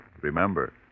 remember